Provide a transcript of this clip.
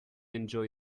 enjoy